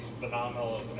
phenomenal